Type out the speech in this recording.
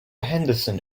henderson